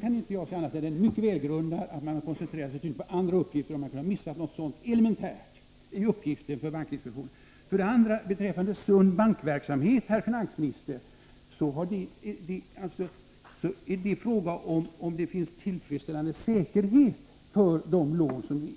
kan inte se annat än att min förmodan är mycket välgrundad. Bankinspektionen har koncentrerat sig på andra uppgifter, när man kunde missa någonting så elementärt. Beträffande sund bankverksamhet vill jag säga, herr finansminister, att det här är fråga om huruvida det finns tillfredsställande säkerhet för de lån som ges.